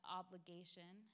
obligation